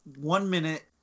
one-minute